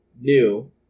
new